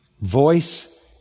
voice